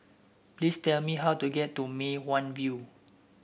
please tell me how to get to Mei Hwan View